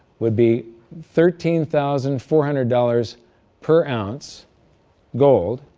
would be thirteen thousand four hundred dollars per ounce gold,